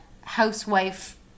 housewife